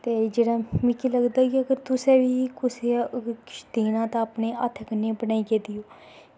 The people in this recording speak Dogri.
ते जिसलै मिगी लगदा कि तुसें कुसै गी देना तुस अपने हत्थ कन्नै बनाइयै देओ